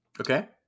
Okay